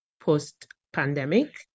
post-pandemic